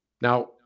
Now